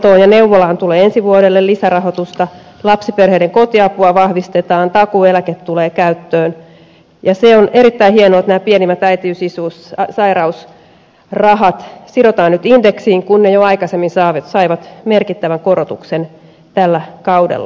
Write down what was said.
kouluterveydenhuoltoon ja neuvolaan tulee ensi vuodelle lisärahoitusta lapsiperheiden kotiapua vahvistetaan takuueläke tulee käyttöön ja se on erittäin hienoa että nämä pienimmät äitiys isyys sairausrahat sidotaan nyt indeksiin kun ne jo aikaisemmin saivat merkittävän korotuksen tällä kaudella